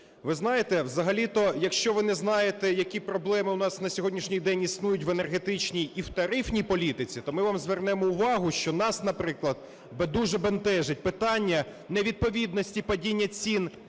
Ви знаєте, взагалі-то, якщо ви не знаєте, які проблеми у нас на сьогоднішній день існують в енергетичній і в тарифній політиці, то ми вам звернемо увагу, що нас, наприклад, дуже бентежить питання невідповідності падіння цін